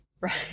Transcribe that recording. Right